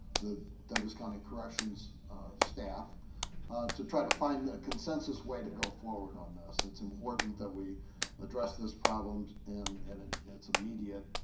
the douglas county corrections staff to try to find a consensus way to go forward on this. it's important that we address this problem and and and it's immediate.